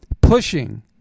pushing